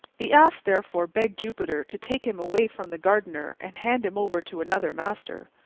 the ass therefore begged jupiter to take him away from the gardener and hand him over to another master.